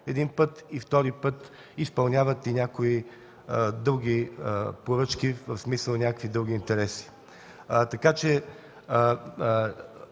един път. И втори път, изпълняват и някои други поръчки, в смисъл – някакви други интереси. (Реплики